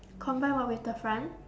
combine what with the front